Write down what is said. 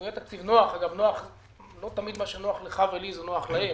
אגב, לא תמיד מה שנוח לך ולי, נוח להם.